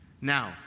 Now